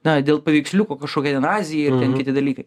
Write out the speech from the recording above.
na dėl paveiksliuko kažkokia ten azija kiti dalykai